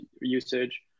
usage